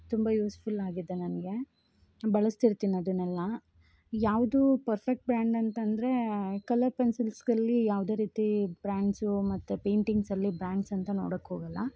ತುಂಬ useful ಆಗಿದೆ ನನಗೆ ಬಳಸ್ತಿರ್ತೀನಿ ಅದನೆಲ್ಲ ಯಾವುದು ಪರ್ಫೆಕ್ಟ್ ಬ್ರ್ಯಾಂಡ್ ಅಂತಂದ್ರೆ ಈ ಕಲರ್ ಪೆನ್ಸಿಲ್ಸ್ನಲ್ಲಿ ಯಾವುದೇ ರೀತಿ ಬ್ರ್ಯಾಂಡ್ಸು ಮತ್ತೆ ಪೈಂಟಿಂಗ್ಸಲ್ಲಿ ಬ್ರ್ಯಾಂಡ್ಸ್ ಅಂತ ನೋಡೋಕ್ಕೆ ಹೋಗೋಲ್ಲ